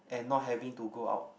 and not having to go out